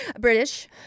British